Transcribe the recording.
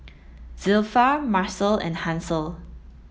Zilpha Marcel and Hansel